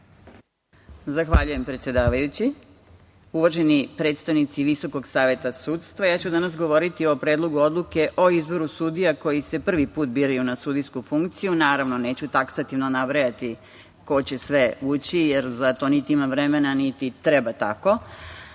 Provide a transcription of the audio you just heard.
Zahvaljujem. Uvaženi predstavnici Visokog saveta sudstva, ja ću danas govoriti o Predlogu odluke o izboru sudija koji se prvi put biraju na sudijsku funkciju. Naravno, neću taksativno nabrajati ko će sve ući, jer za to niti imam vremena niti treba tako,